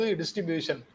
distribution